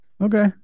Okay